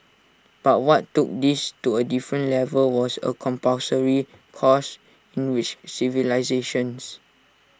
but what took this to A different level was A compulsory course in which civilisations